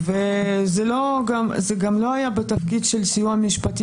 וזה גם לא היה בתפקיד של סיוע משפטי